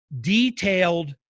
detailed